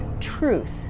truth